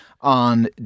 on